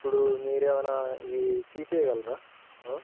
ఇప్పుడు మీరు ఏమన్న ఇవి తీసేయగలరా